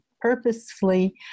purposefully